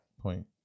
point